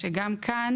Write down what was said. שגם כאן